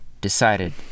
decided